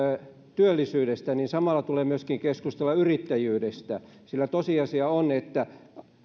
työllisyydestä niin samalla tulee myöskin keskustella yrittäjyydestä sillä tosiasia on että tulevaisuudessa